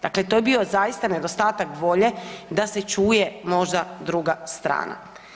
Dakle, to je bio zaista nedostatak volje da se čuje možda druga strana.